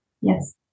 Yes